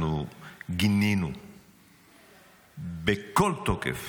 אנחנו גינינו בכל תוקף